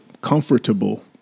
comfortable